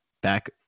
back